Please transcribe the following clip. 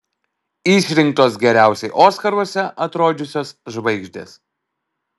išrinktos geriausiai oskaruose atrodžiusios žvaigždės